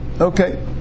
Okay